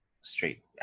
straight